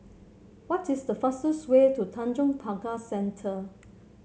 what is the fastest way to Tanjong Pagar Centre